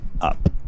up